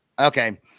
Okay